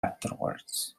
afterwards